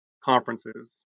conferences